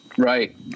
Right